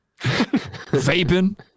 Vaping